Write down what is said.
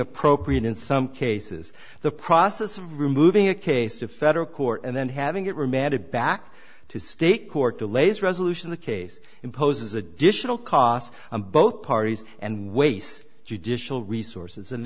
appropriate in some cases the process of removing a case to federal court and then having it remanded back to state court delays resolution the case imposes additional costs on both parties and waste judicial resources and